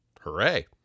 Hooray